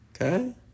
Okay